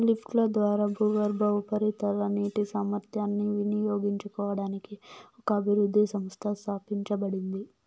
లిఫ్ట్ల ద్వారా భూగర్భ, ఉపరితల నీటి సామర్థ్యాన్ని వినియోగించుకోవడానికి ఒక అభివృద్ధి సంస్థ స్థాపించబడింది